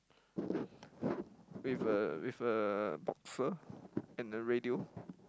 with a with a boxer and a radio